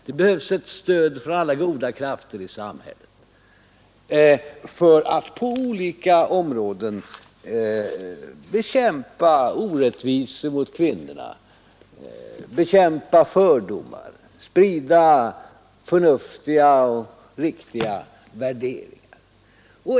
Det behövs stöd från alla goda krafter i samhället för att på olika områden bekämpa orättvisor mot kvinnorna, motverka fördomar, sprida förnuftiga och riktiga värderingar.